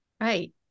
Right